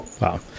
Wow